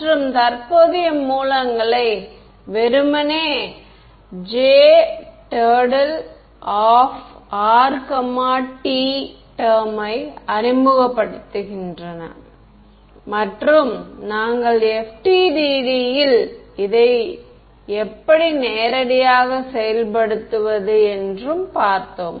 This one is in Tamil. மற்றும் தற்போதைய மூலங்களை வெறுமனே rt டெர்மை அறிமுகப்படுத்துகின்றன மற்றும் நாங்கள் FDTD இல் இதை எப்படி நேரடியாக செயல்படுத்தப்படுத்துவது என்றும் பார்த்தோம்